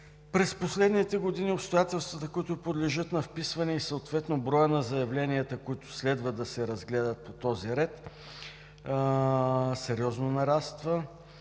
През последните години обстоятелствата, които подлежат на вписване и съответно броят на заявленията, които следва да се разгледат по този ред, сериозно нараства